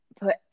put